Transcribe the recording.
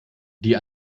die